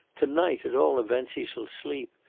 to-night, at all events, he shall sleep.